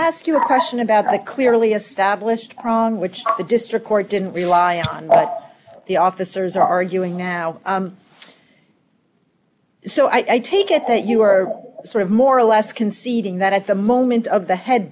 ask you a question about a clearly established prong which the district court didn't rely on what the officers are arguing now so i take it that you are sort of more or less conceding that at the moment of the head